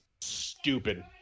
stupid